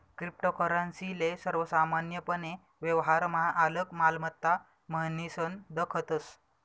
cryptocurrency ले सर्वसामान्यपने व्यवहारमा आलक मालमत्ता म्हनीसन दखतस